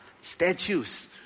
statues